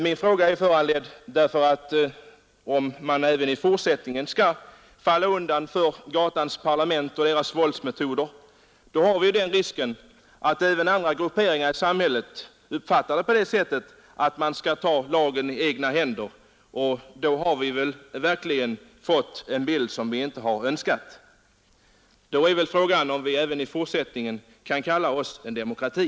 Min fråga är föranledd av att om man även i fortsättningen skall falla undan för gatans parlament och dess våldsmetoder, risk uppstår för att även andra grupperingar i samhället uppfattar detta så att man kan ta lagen i egna händer. I så fall skulle vi hamna i ett läge som vi verkligen inte önskat. Då är frågan om vi även i fortsättningen kan kalla vårt land för en demokrati.